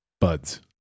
buds